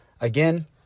Again